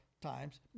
Times